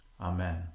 Amen